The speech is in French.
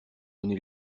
donné